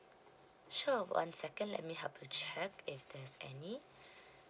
sure one second let me help you check if there's any